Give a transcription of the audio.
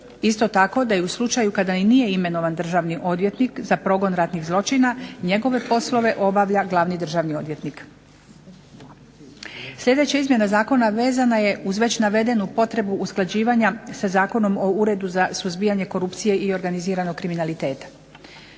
isto tako da u slučaju kada nije imenovan državni odvjetnik za progon ratnih zločina, njegove poslove obavlja glavni državni odvjetnik. Sljedeće izmjene zakona vezna je uz već navedenu potrebu usklađivanja sa Zakonom o Uredu za suzbijanje korupcije i organiziranog kriminaliteta.